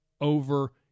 over